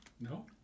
No